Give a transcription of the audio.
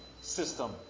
system